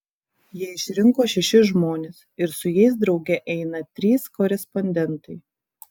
jie išrinko šešis žmones ir su jais drauge eina trys korespondentai